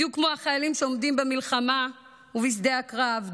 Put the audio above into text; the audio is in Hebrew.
בדיוק כמו החיילים שעומדים במלחמה ובשדה הקרב,